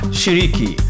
shiriki